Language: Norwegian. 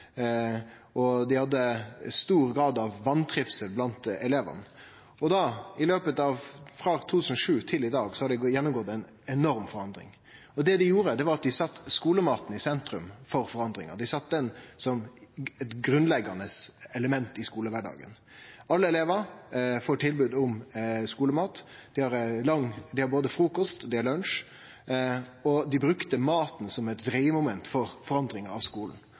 og det var stor grad av vantrivsel blant elevane. Frå 2007 til i dag har dei gått igjennom ei enorm forandring. Det dei gjorde, var at dei sette skulematen i sentrum for å få forandring. Skulematen blei eit grunnleggjande element i skulekvardagen. Alle elevane får tilbod om skulemat. Dei har frukost, dei har lunsj, og dei brukte maten som eit dreiemoment for forandring av